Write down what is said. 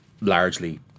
largely